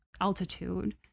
altitude